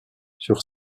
sur